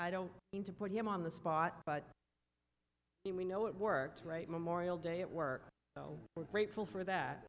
i don't mean to put him on the spot but you know it worked right memorial day at work so we're grateful for that